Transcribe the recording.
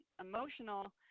emotional